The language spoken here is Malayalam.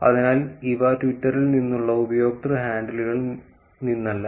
അതിനാൽ ഇവ ട്വിറ്ററിൽ നിന്നുള്ള ഉപയോക്തൃ ഹാൻഡിലുകളിൽ നിന്നല്ല